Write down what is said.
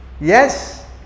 Yes